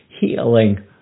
healing